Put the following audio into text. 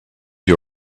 you